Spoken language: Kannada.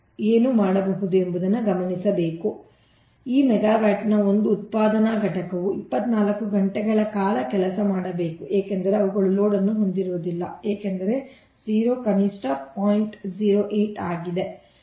1 ಮೆಗಾವ್ಯಾಟ್ನ ಒಂದು ಉತ್ಪಾದನಾ ಘಟಕವು 24 ಗಂಟೆಗಳ ಕಾಲ ಕೆಲಸ ಮಾಡಬೇಕು ಏಕೆಂದರೆ ಅವುಗಳು ಲೋಡ್ ಅನ್ನು ಹೊಂದಿರುವುದಿಲ್ಲ ಏಕೆಂದರೆ 0 ಕನಿಷ್ಠ 0